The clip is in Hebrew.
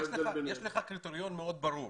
יש לך קריטריון מאוד ברור.